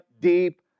deep